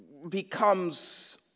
becomes